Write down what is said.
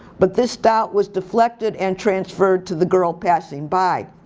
but this doubt was deflected and transferred to the girl passing by.